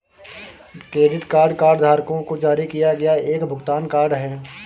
credit card कार्डधारकों को जारी किया गया एक भुगतान कार्ड है